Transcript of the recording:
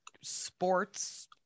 sports